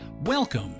Welcome